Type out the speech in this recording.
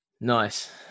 nice